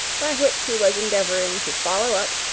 by which he was endeavouring to follow up,